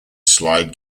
slide